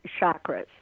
chakras